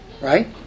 Right